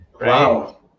Wow